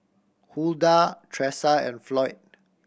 Huldah Tresa and Floyd